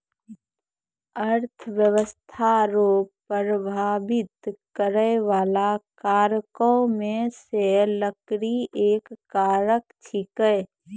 अर्थव्यस्था रो प्रभाबित करै बाला कारको मे से लकड़ी एक कारक छिकै